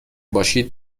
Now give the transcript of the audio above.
باشید